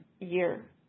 year